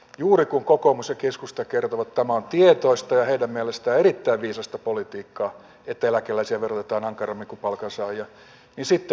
juuri kun kokoomus ja keskusta kertoivat että tämä on tietoista ja heidän mielestään erittäin viisasta politiikkaa että eläkeläisiä verotetaan ankarammin kuin palkansaajia niin sitten valtiovarainministeri ilmoittaakin